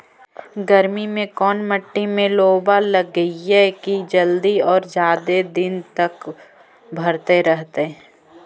गर्मी में कोन मट्टी में लोबा लगियै कि जल्दी और जादे दिन तक भरतै रहतै?